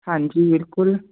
ਹਾਂਜੀ ਬਿਲਕੁਲ